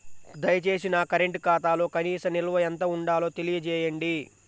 దయచేసి నా కరెంటు ఖాతాలో కనీస నిల్వ ఎంత ఉండాలో తెలియజేయండి